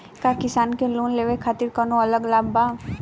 का किसान के लोन लेवे खातिर कौनो अलग लाभ बा?